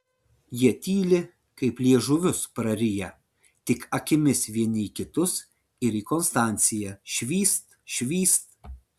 jie tyli kaip liežuvius prariję tik akimis vieni į kitus ir į konstanciją švyst švyst